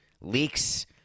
leaks